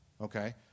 okay